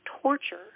torture